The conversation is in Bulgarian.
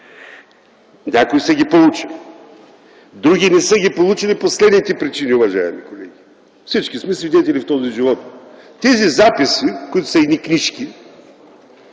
Някои са ги получили. Други не са ги получили по следните причини, уважаеми колеги. Всички сме свидетели на това в живота. Тези записи, които са книжки